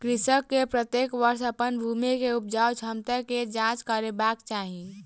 कृषक के प्रत्येक वर्ष अपन भूमि के उपजाऊ क्षमता के जांच करेबाक चाही